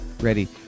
ready